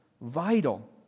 vital